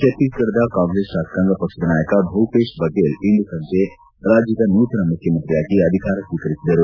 ಛತ್ತೀಸ್ಘಡದ Congress ಶಾಸಕಾಂಗ ಪಕ್ಷದ ನಾಯಕ ಭೂಪೇಶ್ ಬಗೆಲ್ ಇಂದು ಸಂಜೆ ರಾಜ್ಯದ ನೂತನ ಮುಖ್ಯಮಂತ್ರಿಯಾಗಿ ಅಧಿಕಾರ ಸ್ವೀಕರಿಸಿದರು